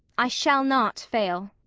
i shall not fail.